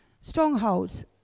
strongholds